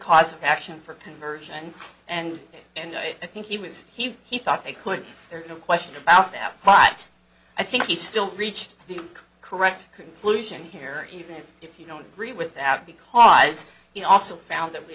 cause of action for conversion and and i think he was he he thought they could there's no question about that but i think he still reached the correct conclusion here even if you don't agree with that because he also found that we